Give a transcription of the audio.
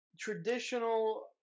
Traditional